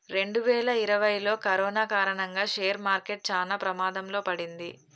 రెండువేల ఇరవైలో కరోనా కారణంగా షేర్ మార్కెట్ చానా ప్రమాదంలో పడింది